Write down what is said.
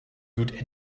good